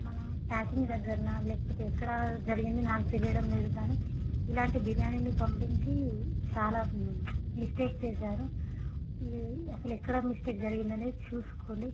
మన ప్యాకింగ్ దగ్గరనా లేకపోతే ఎక్కడ జరిగింది నాకు తెలియడం లేదుగానీ ఇలాంటి బిర్యానీని పంపించి చాలా మిస్టేక్ చేశారు ఈ అస్సలు ఎక్కడ మిస్టేక్ జరిగిందనేది చూసుకోండి